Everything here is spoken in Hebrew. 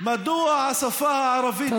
מדוע השפה הערבית, תודה.